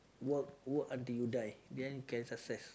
work work until you die then you can success